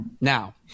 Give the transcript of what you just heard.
Now